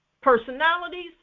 personalities